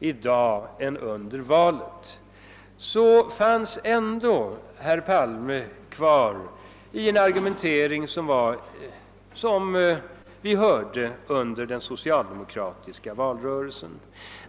än före valet — att det ändå i det som herr Palme sade fanns kvar litet av den argumentering som vi hörde under den socialdemokratiska valrörelsen.